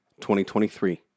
2023